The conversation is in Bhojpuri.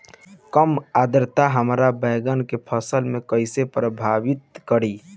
कम आद्रता हमार बैगन के फसल के कइसे प्रभावित करी?